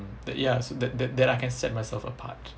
that ya so that that that I can set myself apart